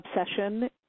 obsession